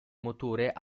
motore